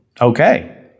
okay